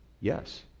yes